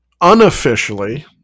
unofficially